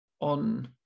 on